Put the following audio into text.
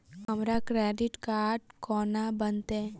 हमरा credit card कोना बनतै?